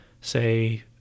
say